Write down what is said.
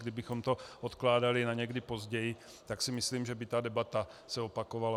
Kdybychom to odkládali na někdy později, tak si myslím, že debata by se opakovala.